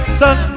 sun